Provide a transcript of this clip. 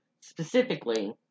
specifically